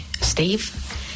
Steve